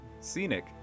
scenic